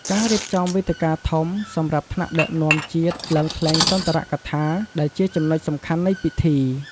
ការរៀបចំវេទិកាធំ សម្រាប់ថ្នាក់ដឹកនាំជាតិឡើងថ្លែងសុន្ទរកថា ដែលជាចំណុចសំខាន់នៃពិធី។